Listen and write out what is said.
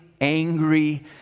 angry